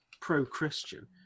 pro-Christian